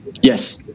Yes